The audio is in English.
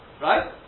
right